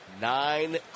Nine